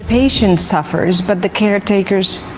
patient suffers, but the caretakers,